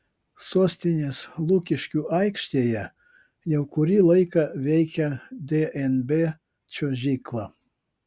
sostinės lukiškių aikštėje jau kurį laiką veikia dnb čiuožykla